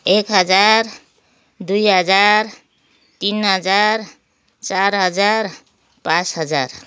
एक हजार दुई हजार तिन हजार चार हजार पाँच हजार